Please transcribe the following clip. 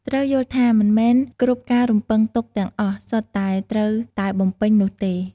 ត្រូវយល់ថាមិនមែនគ្រប់ការរំពឹងទុកទាំងអស់សុទ្ធតែត្រូវតែបំពេញនោះទេ។